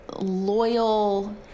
loyal